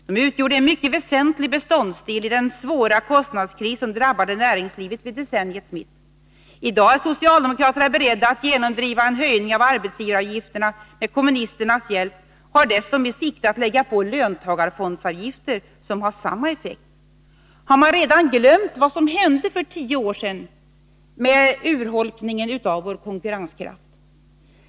De utgjorde en mycket väsentlig beståndsdel i den svåra kostnadskris som drabbade näringslivet vid decenniets mitt. I dag är socialdemokraterna beredda att genomdriva en höjning av arbetsgivaravgifterna med kommunisternas hjälp och har dessutom i sikte att lägga på löntagarfondsavgifter som har samma effekt. Har man redan glömt vad som hände för tio år sedan med urholkningen av vår konkurrenskraft?